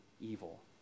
evil